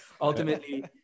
ultimately